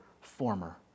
former